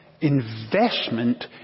investment